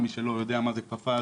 מי שלא יודע מה זה כפפה,